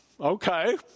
okay